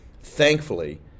Thankfully